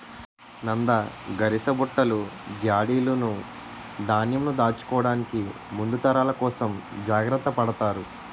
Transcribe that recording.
నంద, గరిసబుట్టలు, జాడీలును ధాన్యంను దాచుకోవడానికి ముందు తరాల కోసం జాగ్రత్త పడతారు